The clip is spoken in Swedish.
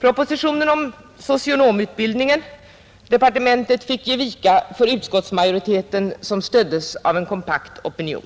Propositionen om socionomutbildningen: departementet fick ge vika för utskottsmajoriteten som stöddes av én kompakt opinion.